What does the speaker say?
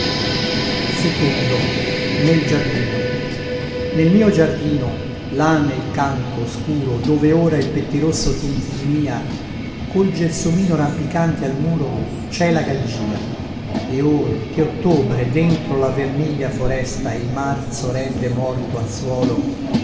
fiore dacanto nel mio giardino là nel canto oscuro dove ora il pettirosso tintinnìa col gelsomino rampicante al muro cè la gaggìa e or che ottobre dentro la vermiglia foresta il marzo rende morto al suolo